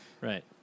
right